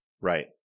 Right